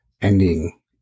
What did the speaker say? ending